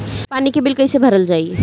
पानी के बिल कैसे भरल जाइ?